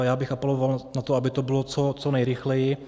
Já bych apeloval na to, aby to bylo co nejrychleji.